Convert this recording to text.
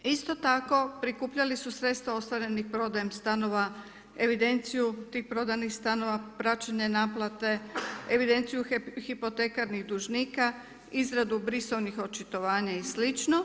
Isto tako prikupljali su sredstva ostvarenih prodajem stanova, evidenciju tih prodanih stanova, praćenje naplate, evidenciju hipotekarnih dužnika, izradu … očitovanja i slično.